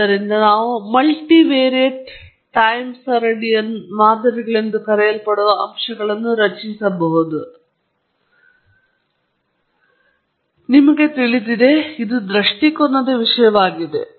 ಆದ್ದರಿಂದ ನಾವು multivariate time ಸರಣಿ ಮಾದರಿಗಳೆಂದು ಕರೆಯಲ್ಪಡುವ ಅಂಶಗಳನ್ನು ರಚಿಸಬಹುದು ಆದರೆ ನಿಮಗೆ ತಿಳಿದಿದೆ ಇದು ದೃಷ್ಟಿಕೋನದ ವಿಷಯವಾಗಿದೆ